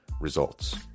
Results